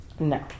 No